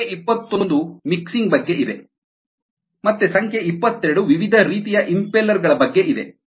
ಸಂಖ್ಯೆ ಇಪ್ಪತ್ತೊಂದು ಮಿಕ್ಸಿಂಗ್ ಬಗ್ಗೆ ಇದೆ ಮತ್ತು ಸಂಖ್ಯೆ ಇಪ್ಪತ್ತೆರಡು ವಿವಿಧ ರೀತಿಯ ಇಂಪೆಲ್ಲರ್ ಗಳ ಬಗ್ಗೆ ಇದೆ